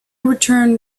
returned